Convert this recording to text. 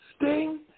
Sting